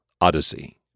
Odyssey